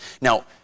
Now